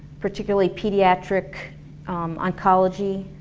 particularly pediatric oncology.